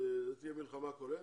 אז תהיה מלחמה כוללת,